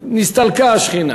נסתלקה השכינה.